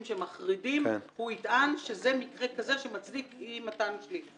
מחרידים הוא יטען שזה מקרה שמצדיק אי-מתן שליש.